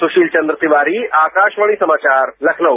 सुशील चंद्र तिवारी आकाशवाणी समाचार लखनऊ